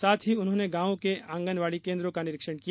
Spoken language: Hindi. साथ ही उन्होंने गांवों के आंगनवाड़ी केन्द्रों का निरीक्षण किया